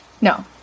No